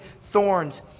thorns